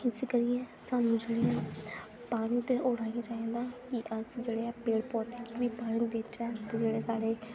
इस करियै सानूं जेह्ड़ियां पानी ते होना गै चाहिदा अस जेह्ड़ा पेड़ पौधे गी बी पानी देचै ते जेह्ड़े साढ़े